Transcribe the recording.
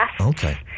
Okay